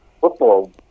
football